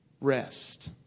rest